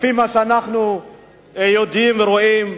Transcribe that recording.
לפי מה שאנחנו יודעים ורואים,